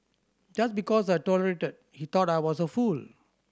just because I tolerated he thought I was a fool